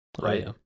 Right